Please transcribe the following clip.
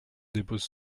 dépose